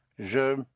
je